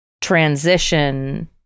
transition